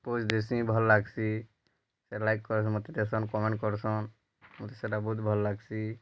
pose ଦେସି ଭଲ୍ ଲାଗ୍ସି ସେ ଲାଇକ୍ କରି ମୋତେ ଦେସନ୍ କମେଣ୍ଟ କରସନ୍ ମୋତେ ସେଇଟା ବହୁତ ଭଲ୍ ଲାଗ୍ସି